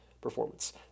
performance